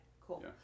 Cool